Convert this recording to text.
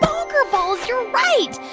bonkerballs, you're right.